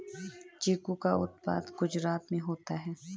चीकू का उत्पादन गुजरात में होता है